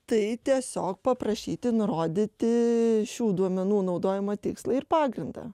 tai tiesiog paprašyti nurodyti šių duomenų naudojimo tikslą ir pagrindą